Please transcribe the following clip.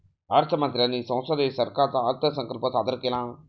अर्थ मंत्र्यांनी संसदेत सरकारचा अर्थसंकल्प सादर केला